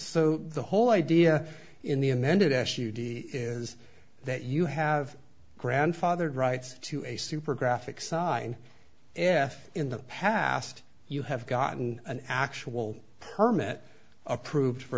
so the whole idea in the amended s u d is that you have grandfathered rights to a super graphic sign if in the past you have gotten an actual permit approved for